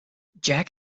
jack